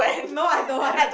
no I don't want